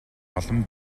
олон